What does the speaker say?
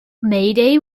mayday